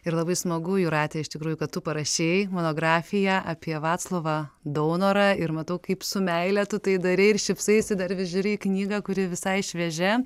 ir labai smagu jūrate iš tikrųjų kad tu parašei monografiją apie vaclovą daunorą ir matau kaip su meile tu tai darei ir šypsaisi dar vis žiūri į knygą kuri visai šviežia